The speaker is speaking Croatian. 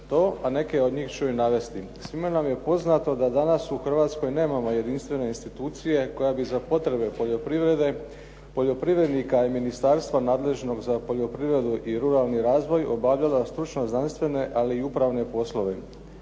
to a neke od njih ću i navesti. Svima nam je poznato da danas u Hrvatskoj nemamo jedinstvene institucije koja bi za potrebe poljoprivrede, poljoprivrednika i ministarstva nadležnog za poljoprivredu i ruralni razvoj obavljala stručno znanstvene ali i upravne poslove.